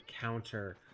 counter